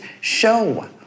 show